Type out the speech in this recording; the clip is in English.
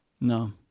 No